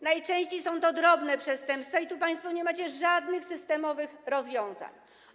Najczęściej mamy drobne przestępstwa i tu państwo nie macie żadnych systemowych rozwiązań.